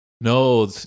No